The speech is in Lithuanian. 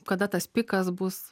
kada tas pikas bus